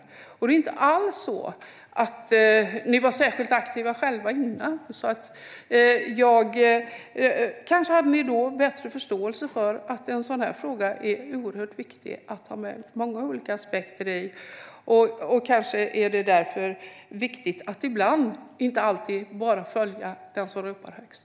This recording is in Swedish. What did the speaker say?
Ni själva var inte alls särskilt aktiva tidigare. Kanske hade ni då bättre förståelse för att en sådan här fråga är oerhört viktig. Det är viktigt att man har med många olika aspekter i den, och därför är det ibland bra att inte alltid bara följa den som ropar högst.